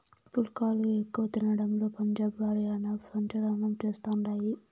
పుల్కాలు ఎక్కువ తినడంలో పంజాబ్, హర్యానా సంచలనం చేస్తండాయి